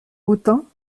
hautain